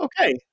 Okay